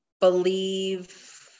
believe